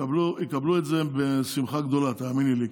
יקבלו את זה בשמחה גדולה, תאמיני לי.